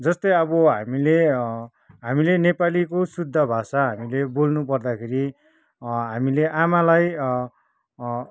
जस्तै अब हामीले हामीले नेपालीको शुद्ध भाषा हामीले बोल्नु पर्दाखेरि हामीले आमालाई